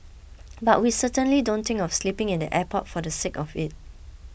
but we certainly don't think of sleeping in the airport for the sake of it